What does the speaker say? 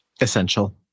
Essential